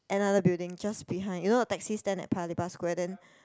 another building just behind you know the taxi stand at Paya-Lebar Square then